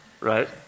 right